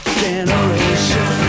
generation